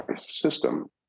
system